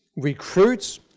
recruits,